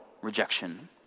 rejection